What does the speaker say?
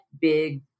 big